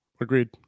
Agreed